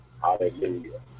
Hallelujah